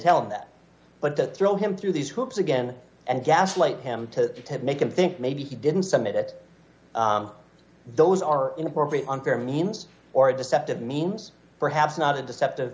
tell him that but to throw him through these hoops again and gaslight him to make him think maybe he didn't submit it those are inappropriate unfair means or deceptive means perhaps not a deceptive